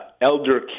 elder